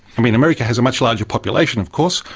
i mean, america has a much larger population of course,